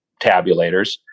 tabulators